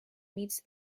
meets